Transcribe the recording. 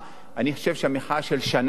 אני חושב שהמחאה של שנה שעברה,